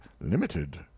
limited